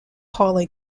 hawley